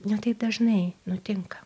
ne taip dažnai nutinka